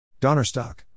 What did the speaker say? Donnerstock